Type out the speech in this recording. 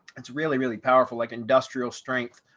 it's really, really powerful like industrial strength,